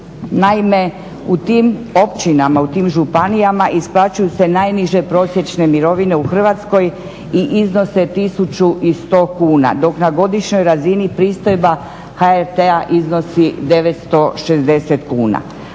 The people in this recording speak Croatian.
Naime, u tim općinama, u tim županijama isplaćuju se najniže prosječne mirovine u Hrvatskoj i iznose 1100 kuna dok na godišnjoj razini pristojba HRT-a iznosi 960 kuna.